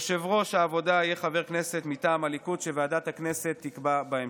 יושב-ראש הוועדה יהיה חבר כנסת מטעם הליכוד שוועדת הכנסת תקבע בהמשך.